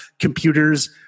computers